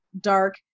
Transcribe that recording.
dark